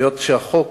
היות שחוק